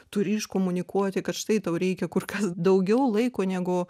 turi iškomunikuoti kad štai tau reikia kur kas daugiau laiko negu